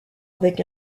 avec